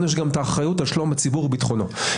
גם האחריות על שלום הציבור וביטחונו.